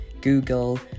Google